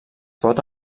pot